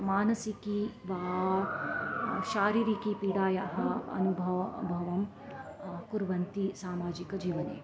मानसिकी वा शारीरिकी पीडायाः अनुभवं भवं कुर्वन्ति सामाजिकजीवने